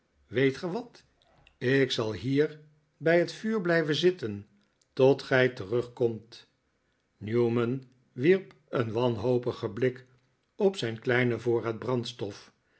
weet ge wat ik zal hier bij het vuur blijven zitten tot gij terugkomt newman wierp een wanhopigen blik op zijn kleinen voorraad brandstof